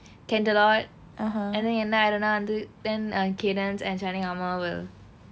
and then என்ன ஆய்ரும்னா வந்து:enna aayrumnaa vanthu then uh cadence and shining armor will